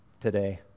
today